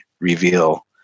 reveal